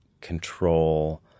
control